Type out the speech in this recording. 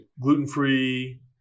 gluten-free